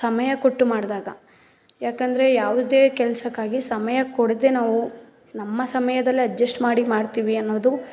ಸಮಯ ಕೊಟ್ಟು ಮಾಡಿದಾಗ ಯಾಕೆಂದರೆ ಯಾವುದೇ ಕೆಲಸಕ್ಕಾಗಿ ಸಮಯ ಕೊಡದೆ ನಾವೂ ನಮ್ಮ ಸಮಯದಲ್ಲೆ ಅಡ್ಜಸ್ಟ್ ಮಾಡಿ ಮಾಡ್ತೀವಿ ಅನ್ನೋದು